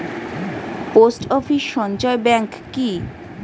Post office সঞ্চয় bank কি?